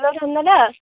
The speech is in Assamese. হেল্ল' ধন দাদা